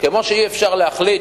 כמו שאי-אפשר להחליט